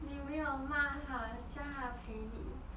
你没有骂她叫她陪你